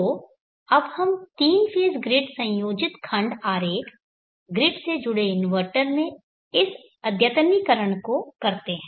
तो अब हम तीन फेज़ ग्रिड संयोजित खंड आरेख ग्रिड से जुड़े इन्वर्टर में इस अद्यतनीकरण को करते हैं